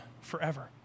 forever